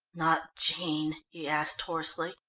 not jean? he asked hoarsely.